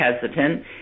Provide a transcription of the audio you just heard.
hesitant